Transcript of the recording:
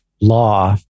law